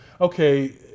okay